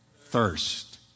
thirst